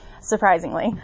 surprisingly